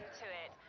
to it,